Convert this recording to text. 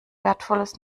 wertvolles